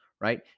right